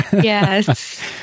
Yes